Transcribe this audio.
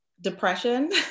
depression